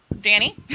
Danny